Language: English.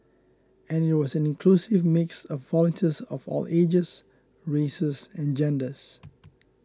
and it was an inclusive mix of volunteers of all ages races and genders